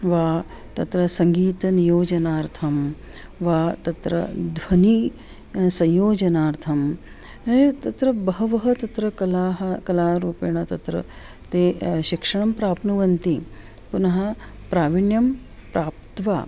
वा तत्र सङ्गीतनियोजनार्थं वा तत्र ध्वनेः संयोजनार्थं तत्र बह्व्यः तत्र कलाः कलारूपेण तत्र ते शिक्षणं प्राप्नुवन्ति पुनः प्रावीण्यं प्राप्त्वा